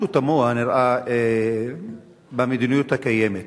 משהו תמוה נראה במדיניות הקיימת.